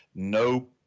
No